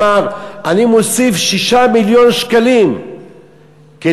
אמר: אני מוסיף 6 מיליון שקלים כדי